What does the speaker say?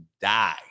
die